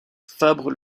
fabre